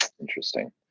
interesting